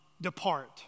depart